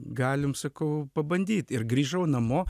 galim sakau pabandyt ir grįžau namo